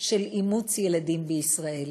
של אימוץ ילדים בישראל.